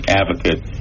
advocate